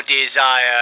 desire